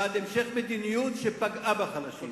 בעד המשך מדיניות שפגעה בחלשים.